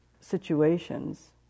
situations